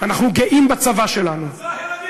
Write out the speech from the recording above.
אנחנו גאים בצבא שלנו.